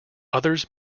others